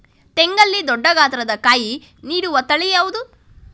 ತೆಂಗಲ್ಲಿ ದೊಡ್ಡ ಗಾತ್ರದ ಕಾಯಿ ನೀಡುವ ತಳಿ ಯಾವುದು?